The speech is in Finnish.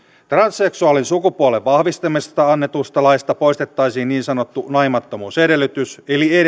avioliitoksi transseksuaalin sukupuolen vahvistamisesta annetusta laista poistettaisiin niin sanottu naimattomuusedellytys eli edellytys